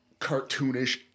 cartoonish